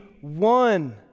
one